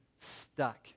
stuck